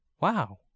wow